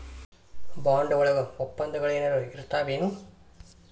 Bond ವಳಗ ವಪ್ಪಂದಗಳೆನರ ಇರ್ತಾವೆನು?